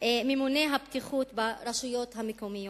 לו ממוני הבטיחות ברשויות המקומיות.